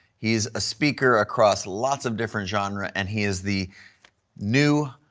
he is a speaker across lots of different genre and he is the new,